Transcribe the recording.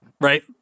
right